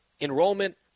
Enrollment